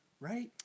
right